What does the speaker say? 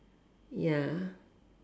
ya